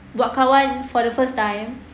buat kawan for the first time